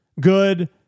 good